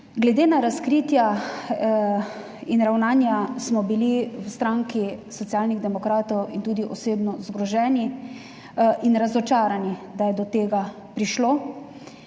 Glede na razkritja in ravnanja smo bili v stranki Socialnih demokratov, in tudi osebno, zgroženi in razočarani, da je do tega prišlo.